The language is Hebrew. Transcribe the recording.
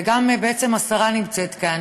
וגם בעצם השרה נמצאת כאן.